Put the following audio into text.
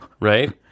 right